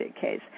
case